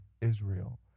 Israel